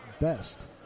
Best